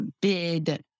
bid